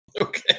Okay